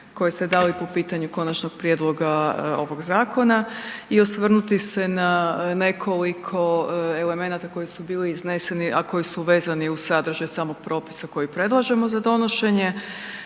koje ste dali po pitanju konačnog prijedloga ovog zakona i osvrnuti se na nekoliko elemenata koji su bili izneseni, a koji su vezani uz sadržaj samog propisa koji predlažemo za donošenje.